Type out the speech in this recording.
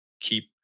keep